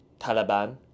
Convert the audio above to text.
Taliban